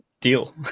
deal